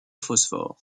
phosphore